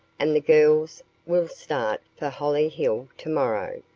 and the girls will start for hollyhill tomorrow.